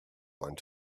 want